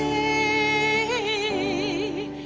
a